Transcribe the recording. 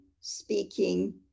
speaking